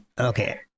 Okay